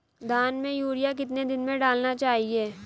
धान में यूरिया कितने दिन में डालना चाहिए?